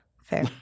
Fair